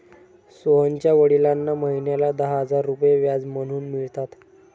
सोहनच्या वडिलांना महिन्याला दहा हजार रुपये व्याज म्हणून मिळतात